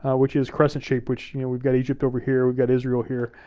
which is crescent-shaped, which you know we got egypt over here, we got israel here.